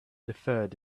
deferred